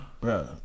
Bro